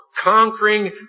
conquering